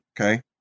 okay